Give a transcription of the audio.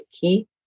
key